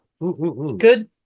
good